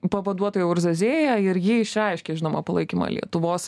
pavaduotoja urzazėja ir ji išreiškė žinoma palaikymą lietuvos